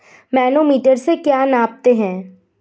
Manometer से क्या नापते हैं?